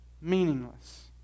meaningless